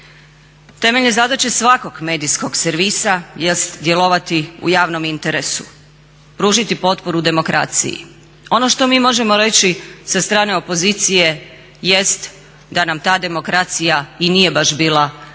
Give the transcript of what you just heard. Temeljne zadaće svakog medijskog servisa jest djelovati u javnom interesu, pružiti potporu demokraciji. Ono što mi možemo reći sa strane opozicije jest da nam ta demokracija i nije baš bila